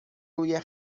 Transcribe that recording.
روی